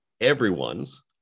everyone's